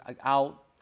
out